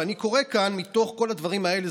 ואני קורא כאן מתוך כל הדברים האלה,